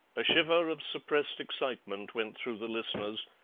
a shiver of suppressed excitement went through the listeners,